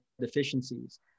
deficiencies